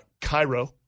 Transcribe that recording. Cairo